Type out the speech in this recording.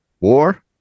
war